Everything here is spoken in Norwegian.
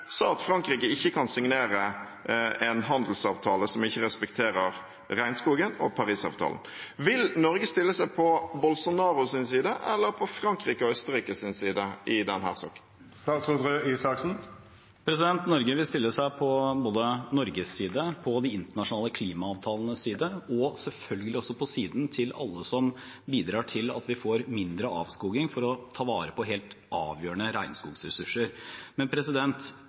at Frankrike ikke kan signere en handelsavtale som ikke respekterer regnskogen og Parisavtalen. Vil Norge stille seg på Bolsonaros eller på Frankrike og Østerrikes side i denne saken? Norge vil stille seg både på Norges side og på de internasjonale klimaavtalenes side og selvfølgelig støtte alle som bidrar til at vi får mindre avskoging, for å ta vare på helt avgjørende